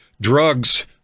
drugs